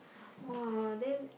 !wah! then